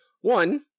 One